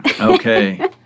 Okay